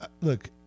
look